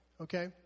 okay